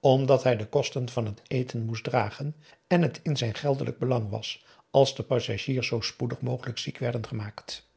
omdat hij de kosten van het eten moest dragen en het in zijn geldelijk belang was als de passagiers zoo spoedig mogelijk ziek werden gemaakt